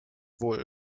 wohl